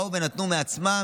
הם באו ונתנו מעצמם,